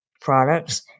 products